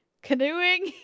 canoeing